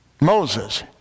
Moses